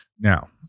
Now